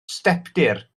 stepdir